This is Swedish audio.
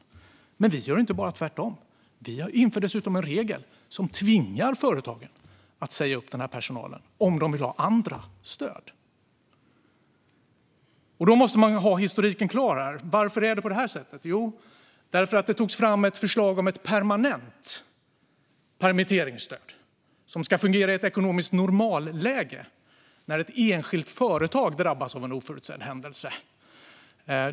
Men vi i Sverige gör inte bara tvärtom, utan vi inför dessutom en regel som tvingar företagen att säga upp personal om de vill ha andra stöd. Man måste ha historiken klar för sig. Varför är det på det här sättet? Jo, det togs fram ett förslag om ett permanent permitteringsstöd som ska fungera i ett ekonomiskt normalläge när ett enskilt företag drabbas av en oförutsedd händelse.